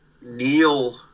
Neil